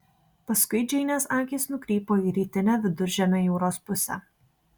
paskui džeinės akys nukrypo į rytinę viduržemio jūros pusę